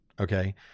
okay